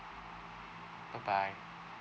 bye bye